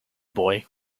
boy